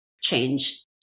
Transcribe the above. change